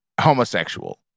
homosexual